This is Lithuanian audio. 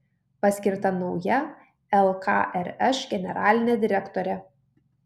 paskirta nauja lkrš generalinė direktorė